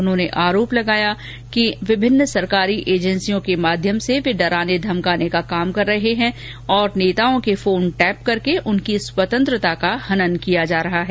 उन्होंने आरोप लगाया कि वे विभिन्न सरकारी एजेंसियों के माध्यम से वे डराने और धमकाने का काम कर रहे हैं और नेताओं के फोन टैप करके उनकी स्वतंत्रता का हनन किया जा रहा है